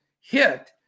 hit